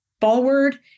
forward